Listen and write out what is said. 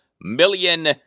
Million